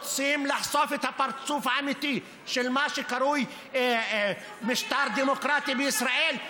רוצים לחשוף את הפרצוף האמיתי של מה שקרוי משטר דמוקרטי בישראל,